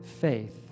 faith